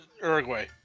Uruguay